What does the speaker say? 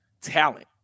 talent